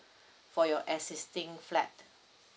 for your existing flat